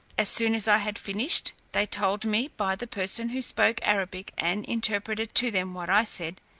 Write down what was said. as soon as i had finished, they told me, by the person who spoke arabic and interpreted to them what i said,